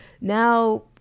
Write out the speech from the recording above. Now